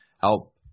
help